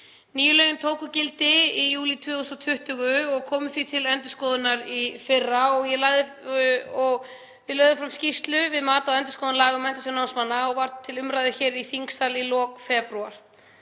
Nýju lögin tóku gildi í júlí 2020 og komu því til endurskoðunar í fyrra. Ég lagði fram skýrslu um mat á endurskoðun laga um Menntasjóð námsmanna og hún var til umræðu hér í þingsal í lok febrúar.